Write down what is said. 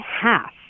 half